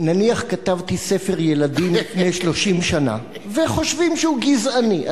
נניח כתבתי ספר ילדים לפני 30 שנה וחושבים שהוא גזעני.